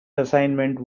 assignment